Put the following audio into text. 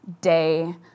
day